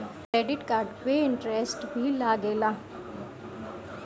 Credit card पे interest भी लागेला?